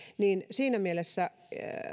eli siinä mielessä